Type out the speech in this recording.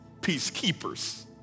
peacekeepers